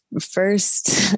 First